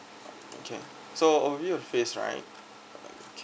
okay so um your office right